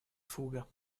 fuga